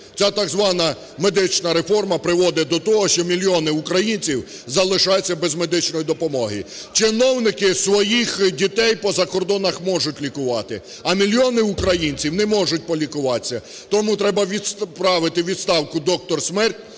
Ця так звана медична реформа приводить до того, що мільйони українців залишаються без медичної допомоги. Чиновники своїх дітей по закордонах можуть лікувати, а мільйони українців не можуть полікуватися. Тому треба відправити у відставку "доктора смерть"